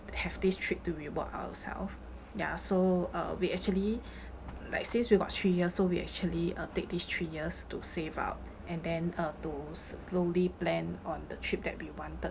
a hefty trip to reward ourself ya so uh we actually like since we got three years so we actually uh take these three years to save up and then uh to slowly plan on the trip that we wanted